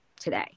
today